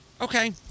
okay